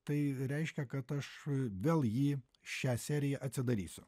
tai reiškia kad aš vėl jį šią seriją atsidarysiu